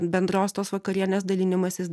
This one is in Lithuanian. bendros tos vakarienės dalinimasis